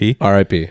RIP